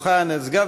מס'